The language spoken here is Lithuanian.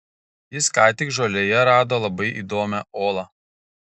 jis ką tik žolėje rado labai įdomią olą